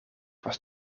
was